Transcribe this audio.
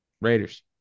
Raiders